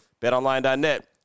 betonline.net